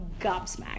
gobsmacked